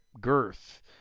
girth